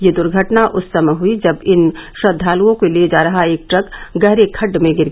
यह दुर्घटना उस समय हुई जब इन श्रद्वालुओं को ले जा रहा एक ट्रक गहरे खड़ु में जा गिरा